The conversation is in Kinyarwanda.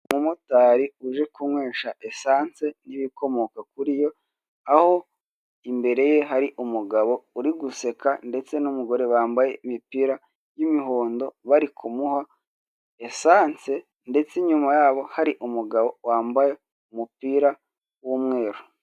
Umumotari uje kunywesha esanse n'ibikomoka kuriyo, aho imbere ye hari umugabo uri guseka ndetse n'umugore bambaye imipira y'imihondo, bari kumuha esanse ndetse inyuma yabo hari umugabo wambaye umupira w'umweru.